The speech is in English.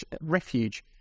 refuge